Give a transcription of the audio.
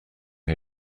her